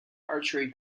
archery